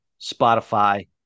Spotify